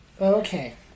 Okay